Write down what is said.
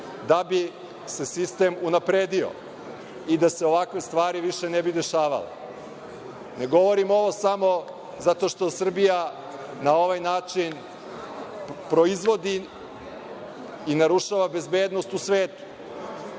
da bi se sistem unapredio i da se ovakve stvari više ne bi dešavale? Ne govorim ovo samo zato što Srbija na ovaj način proizvodi i narušava bezbednost u svetu.